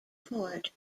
port